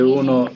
uno